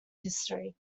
history